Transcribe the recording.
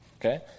Okay